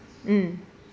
mm